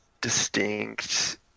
distinct